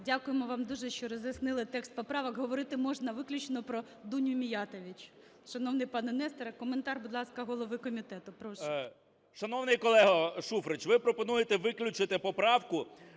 Дякуємо вам дуже, що роз'яснили текст поправок. Говорити можна виключно про ДунюМіятович, шановний пане Несторе. Коментар, будь ласка, голови комітету, прошу. 10:57:21 КНЯЖИЦЬКИЙ М.Л. Шановний колего Шуфрич, ви пропонуєте виключити поправку